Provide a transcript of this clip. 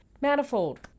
manifold